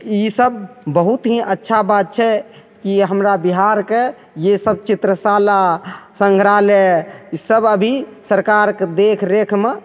इसब बहुत ही अच्छा बात छै की हमरा बिहारके य ईसब चित्रशाला संग्रहालय इसब अभी सरकारके देखरेखमे